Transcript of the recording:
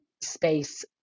space